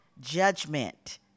judgment